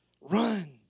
Run